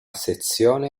sezione